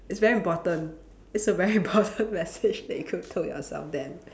it's very important it's a very important message that you could tell yourself then